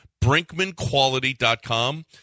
BrinkmanQuality.com